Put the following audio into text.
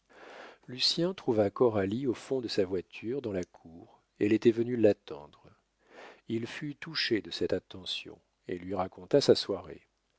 tête lucien trouva coralie au fond de sa voiture dans la cour elle était venue l'attendre il fut touché de cette attention et lui raconta sa soirée